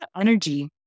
Energy